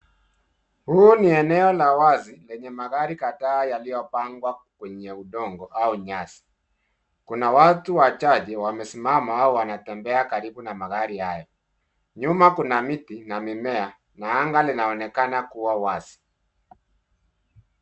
Hili ni eneo la wazi lenye magari kadhaa yaliopangwa kwenye udongo au nyasi, kuna watu wachache wamesimama au wanatembea karibu na magari hayo. Nyuma kuna miti na mimea na anga linaonekana kuwa wazi.